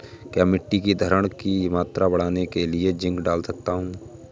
क्या मिट्टी की धरण की मात्रा बढ़ाने के लिए जिंक डाल सकता हूँ?